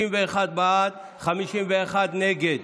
61 בעד, 51 נגד.